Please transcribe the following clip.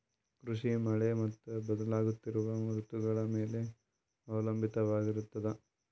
ಕೃಷಿ ಮಳೆ ಮತ್ತು ಬದಲಾಗುತ್ತಿರುವ ಋತುಗಳ ಮೇಲೆ ಅವಲಂಬಿತವಾಗಿರತದ